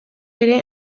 ere